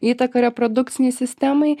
įtaka reprodukcinei sistemai